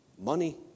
money